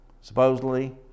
supposedly